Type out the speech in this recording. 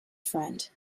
friend